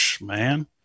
man